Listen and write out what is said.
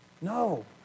No